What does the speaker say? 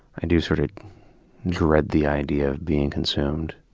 i do sort of dread the idea of being consumed.